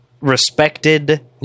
respected